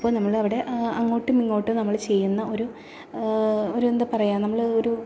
അപ്പോൾ നമ്മളവിടെ അങ്ങോട്ടും ഇങ്ങോട്ടും നമ്മൾ ചെയ്യുന്ന ഒരു എന്താ പറയുക നമ്മൾ ഒരു